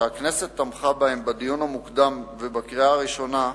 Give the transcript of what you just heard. שהכנסת תמכה בהן בדיון המוקדם ובקריאה הראשונה,